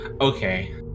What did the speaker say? Okay